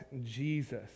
Jesus